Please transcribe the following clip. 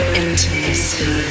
intimacy